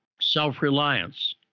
self-reliance